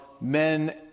men